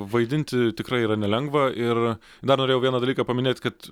vaidinti tikrai yra nelengva ir dar norėjau vieną dalyką paminėti kad